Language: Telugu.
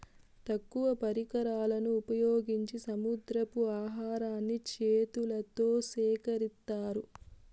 తక్కువ పరికరాలను ఉపయోగించి సముద్రపు ఆహారాన్ని చేతులతో సేకరిత్తారు